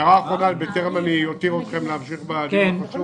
בטרם אותיר אתכם להמשיך בדיון החשוב,